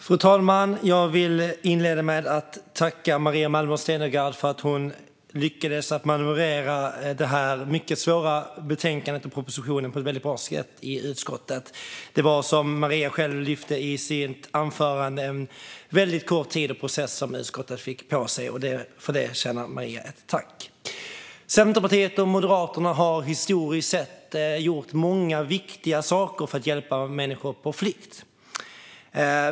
Fru talman! Jag vill inleda med att tacka Maria Malmer Stenergard för att hon lyckades manövrera det här mycket svåra betänkandet och propositionen i utskottet på ett väldigt bra sätt. Som Maria själv lyfte fram i sitt anförande var det en väldigt kort tid utskottet fick på sig att processa detta. För det förtjänar Maria ett tack. Centerpartiet och Moderaterna har historiskt sett gjort många viktiga saker för att hjälpa människor på flykt.